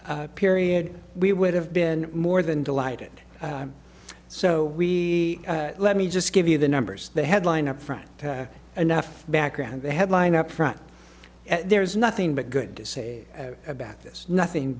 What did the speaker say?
month period we would have been more than delighted so we let me just give you the numbers the headline upfront enough background the headline upfront there's nothing but good to say about this nothing